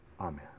Amen